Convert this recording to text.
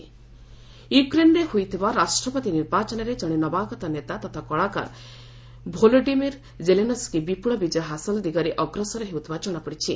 Ukraine poll result ୟୁକ୍ରେନ୍ରେ ହୋଇଥିବା ରାଷ୍ଟ୍ରପତି ନିର୍ବାଚନରେ ଜଣେ ନବାଗତ ନେତା ତଥା କଳାକାର ଭୋଲୋଡିମିର୍ ଜେଲେନସ୍କି ବିପୁଳ ବିଜୟ ହାସଲ ଦିଗରେ ଅଗ୍ରସର ହେଉଥିବା ଜଣାପଡ଼ିଛି